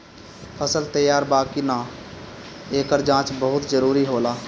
फसल तैयार बा कि ना, एकर जाँच बहुत जरूरी होला